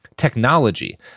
technology